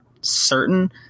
Certain